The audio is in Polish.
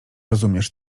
rozumiesz